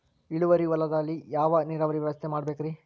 ಇಳುವಾರಿ ಹೊಲದಲ್ಲಿ ಯಾವ ನೇರಾವರಿ ವ್ಯವಸ್ಥೆ ಮಾಡಬೇಕ್ ರೇ?